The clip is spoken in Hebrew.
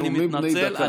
אלה נאומים בני דקה.